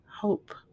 hope